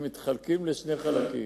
הם מתחלקים לשני חלקים.